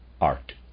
art